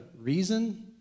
reason